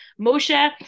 Moshe